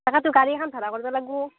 তাকেতো গাড়ী এখন ভাৰা কৰিব লাগিব